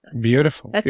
Beautiful